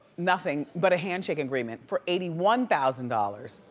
nothing but a handshake agreement for eighty one thousand dollars.